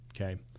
Okay